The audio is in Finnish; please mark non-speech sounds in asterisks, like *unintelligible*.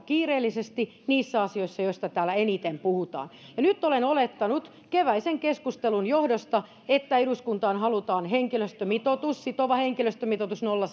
kiireellisesti niistä asioissa joista täällä eniten puhutaan nyt olen olettanut keväisen keskustelun johdosta että eduskuntaan halutaan henkilöstömitoitus sitova henkilöstömitoitus nolla *unintelligible*